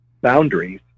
boundaries